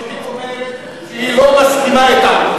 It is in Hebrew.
כשהיא אומרת שהיא לא מסכימה אתם,